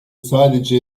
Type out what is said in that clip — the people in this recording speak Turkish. sadece